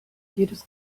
jedes